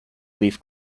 leaf